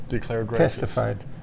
testified